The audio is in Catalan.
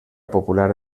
popular